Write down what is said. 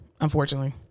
Unfortunately